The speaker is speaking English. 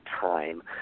time